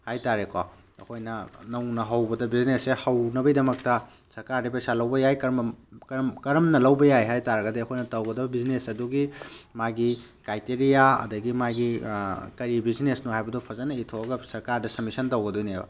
ꯍꯥꯏꯇꯥꯔꯦꯀꯣ ꯑꯩꯈꯣꯏꯅ ꯅꯧꯅ ꯍꯧꯕꯗ ꯕꯤꯖꯤꯅꯦꯁꯁꯦ ꯍꯧꯅꯕꯩꯗꯃꯛꯇ ꯁ꯭ꯔꯀꯥꯔꯗꯒꯤ ꯄꯩꯁꯥ ꯂꯧꯕ ꯌꯥꯏ ꯀꯔꯝꯅ ꯂꯧꯕ ꯌꯥꯏ ꯍꯥꯏ ꯇꯥꯔꯒꯗꯤ ꯑꯩꯈꯣꯏꯅ ꯇꯧꯒꯗꯕ ꯕꯤꯖꯤꯅꯦꯁ ꯑꯗꯨꯒꯤ ꯃꯥꯒꯤ ꯀꯥꯏꯇꯦꯔꯤꯌꯥ ꯑꯗꯒꯤ ꯃꯥꯒꯤ ꯀꯔꯤ ꯕꯤꯖꯤꯅꯦꯁꯅꯣ ꯍꯥꯏꯕꯗꯨ ꯐꯖꯅ ꯏꯊꯣꯛꯑꯒ ꯁ꯭ꯔꯀꯥꯔꯗ ꯁꯝꯃꯤꯁꯟ ꯇꯧꯒꯗꯣꯏꯅꯦꯕ